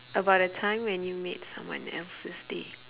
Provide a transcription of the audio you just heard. about a time when you made someone else's day